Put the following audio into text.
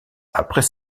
après